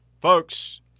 Folks